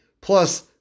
Plus